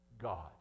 God